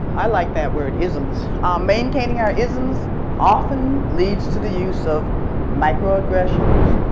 i like that word isms. maintaining our isms often leads to the use of microaggressions,